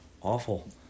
awful